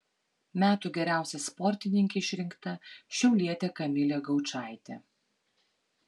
metų geriausia sportininke išrinkta šiaulietė kamilė gaučaitė